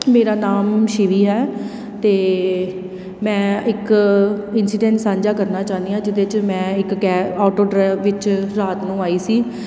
ਮੇਰਾ ਨਾਮ ਸ਼ਿਵੀ ਹੈ ਅਤੇ ਮੈਂ ਇੱਕ ਇੰਸੀਡੈਂਸ ਸਾਂਝਾ ਕਰਨਾ ਚਾਹੁੰਦੀ ਹਾਂ ਜਿਹਦੇ 'ਚ ਮੈਂ ਇੱਕ ਕੈ ਅੋਟੋ ਡ੍ਰੈ ਵਿੱਚ ਰਾਤ ਨੂੰ ਆਈ ਸੀ